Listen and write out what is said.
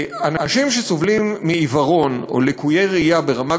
אנשים שסובלים מעיוורון או מליקוי ראייה ברמה